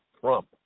Trump